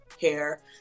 hair